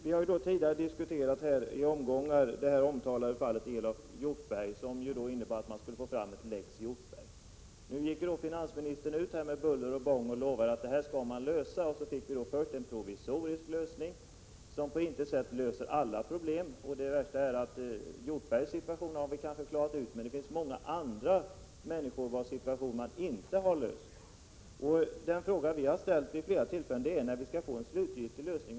Vi har tidigare diskuterat det omtalade fallet Elof Hjortberg, där man skulle få fram en lex Hjortberg. Finansministern lovade med buller och bång att frågan skulle lösas. Så fick vi först en provisorisk lösning, som på intet sätt löser alla problem. Hjortbergs situation har vi kanske klarat ut, men det finns många andra människor vilkas situation inte är löst. Den fråga som vi har ställt vid flera tillfällen är när vi skall få en slutgiltig lösning.